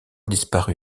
disparu